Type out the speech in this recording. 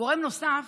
גורם נוסף